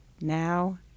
Now